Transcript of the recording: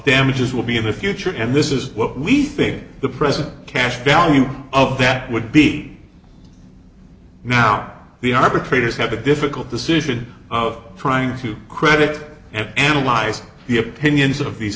damages will be in the future and this is what we think the present cash value of that would be now the arbitrators have a difficult decision of trying to critic and analyze the opinions of these